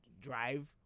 drive